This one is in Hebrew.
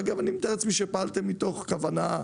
אני מתאר לעצמי שפעלתם מתוך כוונה,